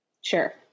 Sure